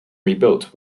rebuilt